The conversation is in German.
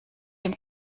dem